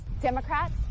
Democrats